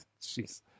jeez